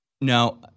no